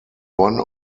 one